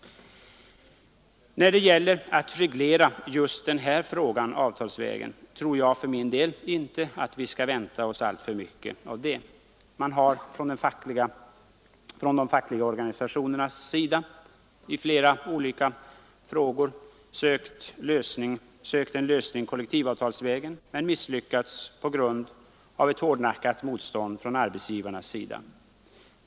När det gäller att reglera just den här frågan avtalsvägen tror jag för min del att vi inte bör vänta oss alltför mycket. Man har från de fackliga organisationernas sida i flera olika frågor sökt en lösning kollektivavtalsvägen, men misslyckats på grund av ett hårdnackat motstånd från arbetsgivarnas sida.